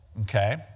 Okay